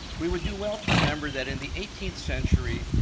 we would do well to remember that in the eighteenth century,